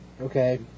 okay